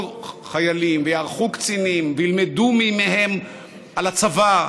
חיילים ויארחו קצינים וילמדו מהם על הצבא,